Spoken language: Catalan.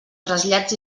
trasllats